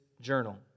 journal